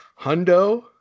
Hundo